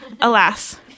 alas